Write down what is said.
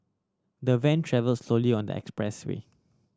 the van travel slowly on the expressway